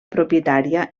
propietària